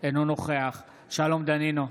אינו נוכח שלום דנינו,